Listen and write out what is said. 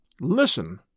Listen